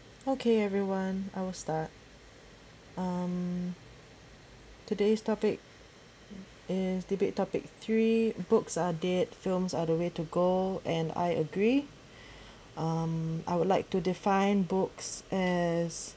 okay everyone I will start um today's topic is debate topic three books are dead films are the way to go and I agree um I would like to define books as